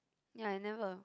ya I never